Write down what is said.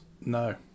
no